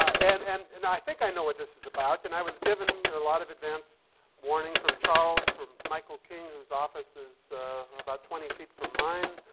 and and and i think i know what this is about, and i was given a lot of advance warning from charles, from michael king, whose office is about twenty feet from mine.